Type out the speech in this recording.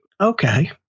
Okay